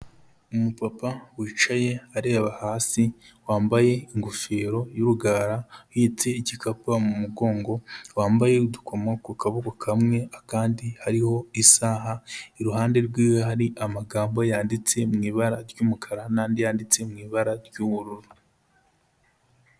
Umupapa wicaye areba hasi, wambaye ingofero y'urugara uhetse igikapu mu mugongo wambaye udukomo ku kaboko kamwe, akandi kariho isaha, iruhande rwiwe hari amagambo yanditse mu ibara ry'umukara n'andi yanditse mu ibara ry'ubururu.